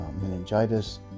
meningitis